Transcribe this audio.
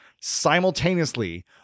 simultaneously